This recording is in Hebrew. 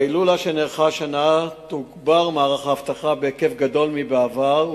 בהילולה שנערכה השנה תוגבר מערך האבטחה בהיקף גדול מבעבר,